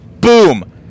Boom